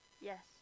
Yes